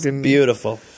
Beautiful